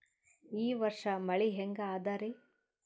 ಈ ವರ್ಷ ಮಳಿ ಹೆಂಗ ಅದಾರಿ?